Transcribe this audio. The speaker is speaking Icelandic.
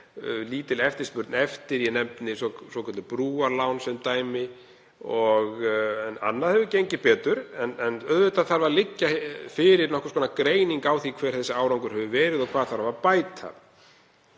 lítil eftirspurn eftir þeim. Ég nefni svokölluð brúarlán sem dæmi en annað hefur gengið betur. En auðvitað þarf að liggja fyrir nokkurs konar greining á því hver árangurinn hefur verið og hvað þarf að bæta.